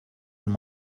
than